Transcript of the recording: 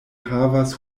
havas